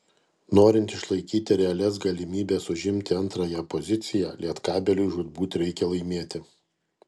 norint išlaikyti realias galimybes užimti antrąją poziciją lietkabeliui žūtbūt reikia laimėti